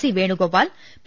C Venugopal P